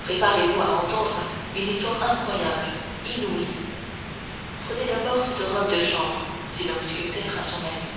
préparez-vous à entendre une histoire incroyable inouïe prenez d'abord cette robe de chambre dit le mousquetaire à son ami